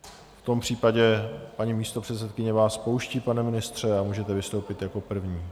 V tom případě paní místopředsedkyně vás pouští, pane ministře, a můžete vystoupit jako první.